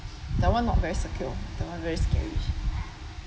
that one not very secure that one very scary